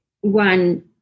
one